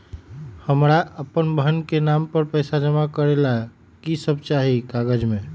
हमरा अपन बहन के नाम पर पैसा जमा करे ला कि सब चाहि कागज मे?